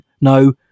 No